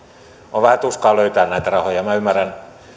on vähän tuskaa löytää näitä rahoja minä ymmärrän tämän